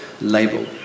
label